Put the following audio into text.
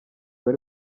wari